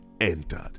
entered